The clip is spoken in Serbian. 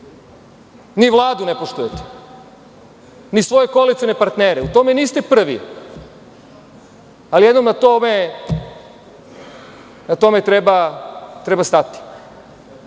NI vladu ne poštujete, ni svoje koalicione partnere, u tome niste prvi, ali jednom na to treba stati